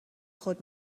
خود